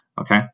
Okay